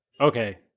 Okay